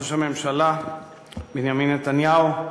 ראש הממשלה בנימין נתניהו,